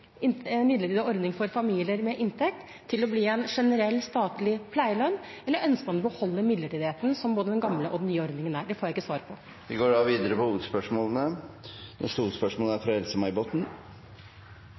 en midlertidig ordning for familier med inntekt til å bli en generell statlig pleielønn? Eller ønsker man å beholde midlertidigheten, som både den gamle og den nye ordningen er? Det får jeg ikke svar på. Vi går videre til neste hovedspørsmål.